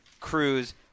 Cruz